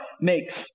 makes